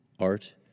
Art